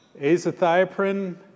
azathioprine